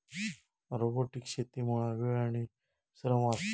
robotic शेतीमुळा वेळ आणि श्रम वाचतत